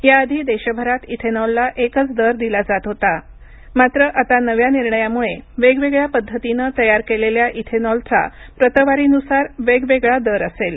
या आधी देशभरात इथेनॉलला एकच दर दिला जात होता मात्र आता नव्या निर्णयामुळे वेगवेगळ्या पद्धतीनं तयार केलेल्या इथेनॉलचा प्रतवारीनुसार वेगवेगळा दर असेल